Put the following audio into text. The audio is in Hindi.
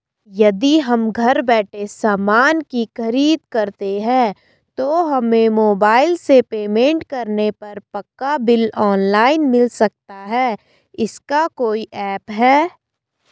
यदि हम घर बैठे सामान की खरीद करते हैं तो हमें मोबाइल से पेमेंट करने पर पक्का बिल ऑनलाइन मिल सकता है इसका कोई ऐप है